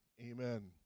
Amen